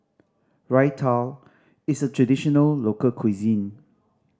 raita is a traditional local cuisine